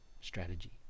strategy